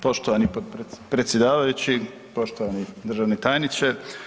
Poštovani predsjedavajući, poštovani državni tajniče.